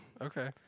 Okay